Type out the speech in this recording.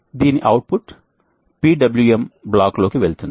దీని output PWM బ్లాక్లోకి వెళుతుంది